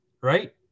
right